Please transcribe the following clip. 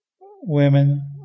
women